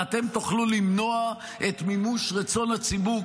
-- אתם תוכלו למנוע את מימוש רצון הציבור,